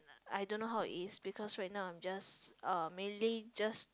I don't know how it is because right now I'm just uh mainly just